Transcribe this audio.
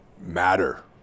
matter